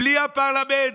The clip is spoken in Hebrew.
בלי הפרלמנט?